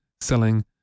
selling